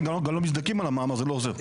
גם לא מזדכים על המע"מ אז זה לא עוזר.